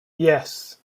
yes